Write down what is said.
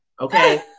okay